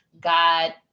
God